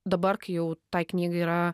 dabar kai jau tai knygai yra